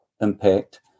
impact